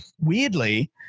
weirdly